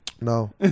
No